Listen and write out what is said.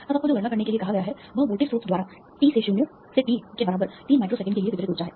अब आपको जो गणना करने के लिए कहा गया है वह वोल्टेज स्रोत द्वारा t से 0 से t के बराबर 3 माइक्रोसेकंड के लिए वितरित ऊर्जा है